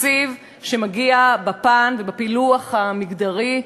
תקציב שמגיע בפן ובפילוח מגדרי,